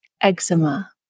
eczema